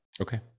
Okay